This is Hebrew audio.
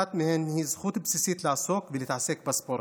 ואחת מהן היא זכות בסיסית לעסוק ולהתעסק בספורט.